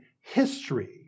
history